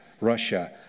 Russia